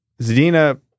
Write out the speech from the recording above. Zadina